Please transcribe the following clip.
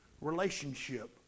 relationship